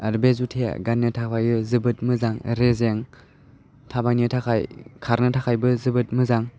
आरो बे जुथाया गाननो थाबायनो जोबोद मोजां रेजें थाबायनो थाखाय खारनो थाखायबो जोबोद मोजां